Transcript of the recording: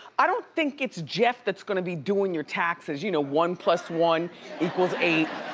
i don't think it's jeff that's gonna be doing your taxes, you know one plus one equals eight.